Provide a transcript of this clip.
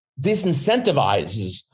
disincentivizes